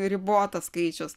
ribotas skaičius